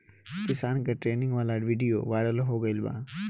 किसान के ट्रेनिंग वाला विडीओ वायरल हो गईल बा